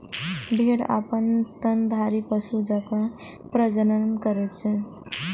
भेड़ आन स्तनधारी पशु जकां प्रजनन करै छै